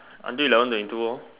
until eleven twenty two lor